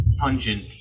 pungent